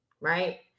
Right